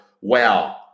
wow